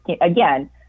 again